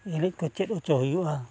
ᱮᱱᱮᱡ ᱠᱚ ᱪᱮᱫ ᱦᱚᱪᱚ ᱦᱩᱭᱩᱜᱼᱟ